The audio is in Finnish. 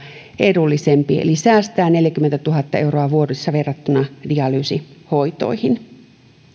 edullisempi eli munuaisensiirto säästää neljäkymmentätuhatta euroa vuodessa verrattuna dialyysihoitoihin